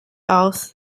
aus